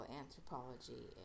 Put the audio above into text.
anthropology